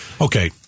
Okay